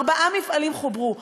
ארבעה מפעלים חוברו.